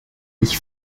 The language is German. nicht